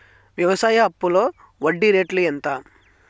వ్యవసాయ అప్పులో వడ్డీ రేట్లు ఎంత?